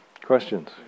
Questions